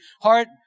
heart